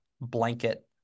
blanket